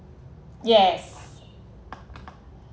yes